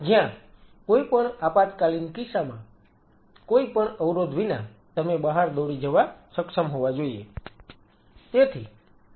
જ્યાં કોઈપણ આપતકાલીન કિસ્સામાં કોઈપણ અવરોધ વિના તમે બહાર દોડી જવા સક્ષમ હોવા જોઈએ